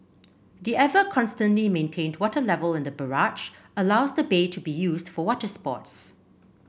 the ever constantly maintained water level in the barrage allows the bay to be used for water sports